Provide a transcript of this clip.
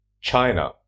China